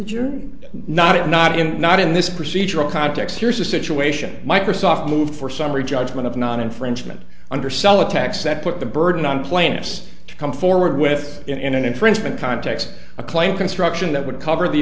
you're not it not in not in this procedural context here's the situation microsoft moved for summary judgment of non infringement undersell a tax that put the burden on plaintiffs to come forward with in an infringement context a claim construction that would cover the